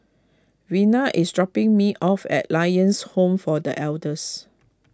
Vena is dropping me off at Lions Home for the Elders